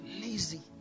Lazy